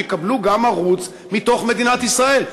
שיקבלו גם ערוץ מתוך מדינת ישראל,